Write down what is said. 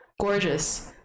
Gorgeous